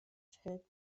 filled